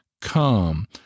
come